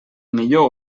millor